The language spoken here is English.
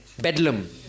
Bedlam